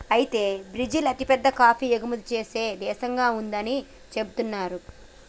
అయితే బ్రిజిల్ అతిపెద్ద కాఫీ ఎగుమతి సేనే దేశంగా ఉందని సెబుతున్నారు